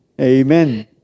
Amen